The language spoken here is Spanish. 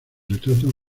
retratos